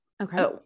Okay